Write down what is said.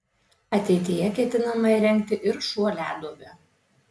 ateityje ketinama įrengti ir šuoliaduobę